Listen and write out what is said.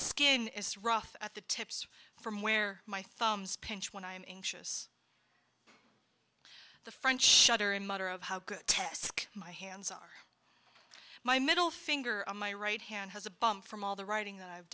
skin is rough at the tips from where my thumbs pinch when i'm anxious the french shutter and matter of how good teske my hands are my middle finger on my right hand has a bum from all the writing